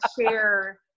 share